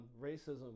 racism